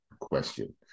question